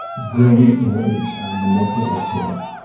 brilliantly manipulative,